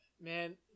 man